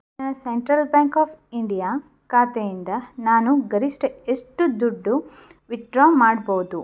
ನನ್ನ central bank of India ಖಾತೆಯಿಂದ ನಾನು ಗರಿಷ್ಠ ಎಷ್ಟು ದುಡ್ಡು ವಿತ್ಡ್ರಾ ಮಾಡ್ಬೋದು